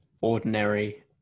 ordinary